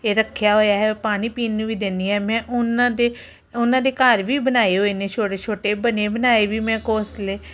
ਰੱਖਿਆ ਹੋਇਆ ਹੈ ਪਾਣੀ ਪੀਣ ਨੂੰ ਵੀ ਦੇਣੀ ਆ ਮੈਂ ਉਨ ਦੇ ਉਹਨਾਂ ਦੇ ਘਰ ਵੀ ਬਣਾਏ ਹੋਏ ਨੇ ਛੋਟੇ ਛੋਟੇ ਬਣੇ ਬਣਾਏ ਵੀ ਮੈਂ ਘੌਸਲੇ